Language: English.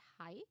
hi